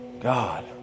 God